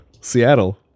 Seattle